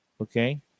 Okay